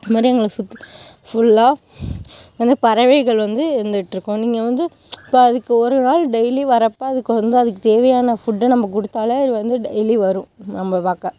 அதுமாதிரி எங்களை சுற்றி ஃபுல்லாக வந்து பறவைகள் வந்து வந்துட்யிருக்கும் நீங்கள் வந்து இப்போ அதுக்கு ஒரு நாள் டெய்லி வரப்போ அதுக்கு வந்து அதுக்கு தேவையான ஃபுட்டை நம்ப கொடுத்தாலே அது வந்து டெய்லி வரும் நம்ப பார்க்க